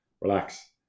relax